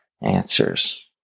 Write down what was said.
answers